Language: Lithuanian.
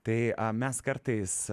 tai a mes kartais